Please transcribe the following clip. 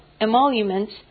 emoluments